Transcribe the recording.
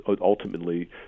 ultimately